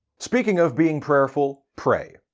speaking of being prayerful pray.